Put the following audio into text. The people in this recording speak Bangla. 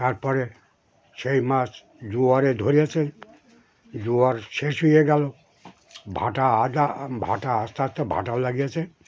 তারপরে সেই মাছ জোয়ারে ধরেছে জোয়ার শেষ হয়ে গেল ভাঁটা আধা ভাঁটা আস্তে আস্তে ভাঁটাও লেগেছে